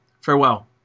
Farewell